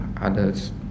others